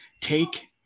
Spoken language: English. take